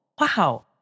wow